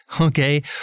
okay